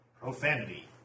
Profanity